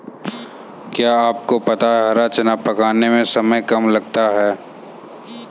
क्या आपको पता है हरा चना पकाने में समय कम लगता है?